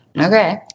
Okay